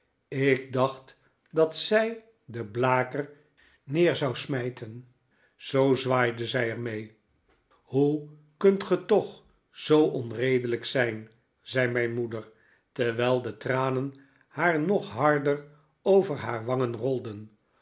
ik dacht dat zij den blaker neer zou smijten zoo zwaaide zij er mee hoe kunt ge toch zoo onredelijk zijn zei mijn moeder terwijl de tranen haar nog harder over haar wangen rolden